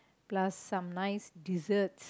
plus some nice dessert